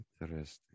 Interesting